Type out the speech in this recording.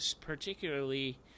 particularly